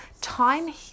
time